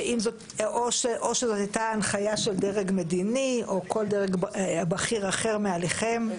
או שזאת הייתה הנחיה של דרג מדיני או כל דרג בכיר אחר מעליכם.